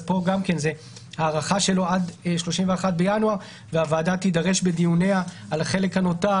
פה זו הארכה שלו עד ה-31 בינואר והוועדה תידרש בדיוניה על החלק הנותר,